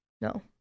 No